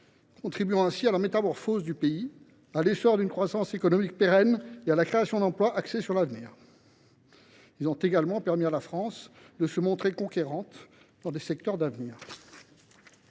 contribuant ainsi à la métamorphose du pays, à l’essor d’une croissance économique pérenne et à la création d’emplois axés sur l’avenir. Ils ont également permis à la France de se montrer conquérante dans des secteurs d’avenir.